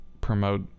promote